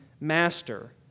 master